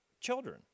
children